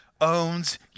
owns